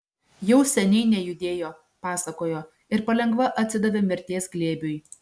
jau seniai nejudėjo pasakojo ir palengva atsidavė mirties glėbiui